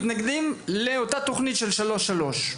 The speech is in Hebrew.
מתנגדים לאותה תוכנית של שלוש-שלוש.